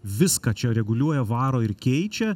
viską čia reguliuoja varo ir keičia